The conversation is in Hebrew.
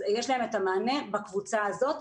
אז יש להם את המענה בקבוצה הזו,